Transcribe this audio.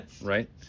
right